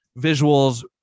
visuals